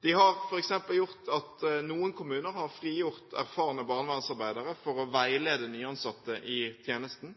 De har f.eks. gjort at noen kommuner har frigjort erfarne barnevernsarbeidere for å veilede nyansatte i tjenesten.